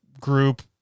group